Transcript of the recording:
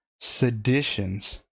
seditions